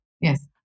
yes